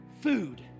food